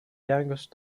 youngest